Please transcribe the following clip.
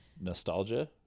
nostalgia